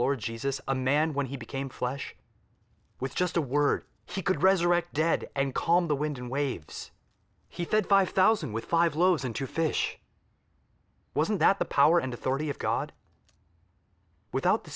lord jesus a man when he became flesh with just a word he could resurrect dead and calm the wind and waves he said five thousand with five loaves and two fish wasn't that the power and authority of god without the